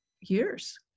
years